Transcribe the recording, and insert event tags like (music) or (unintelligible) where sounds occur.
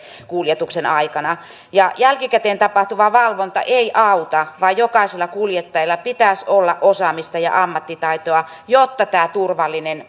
kuljetuksen aikana ja jälkikäteen tapahtuva valvonta ei auta vaan jokaisella kuljettajalla pitäisi olla osaamista ja ammattitaitoa jotta tämä turvallinen (unintelligible)